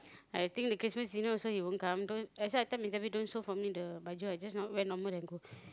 I think the Christmas dinner also he won't come that's why I tell don't sew for me the baju I just n~ wear normal and go